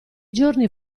giorni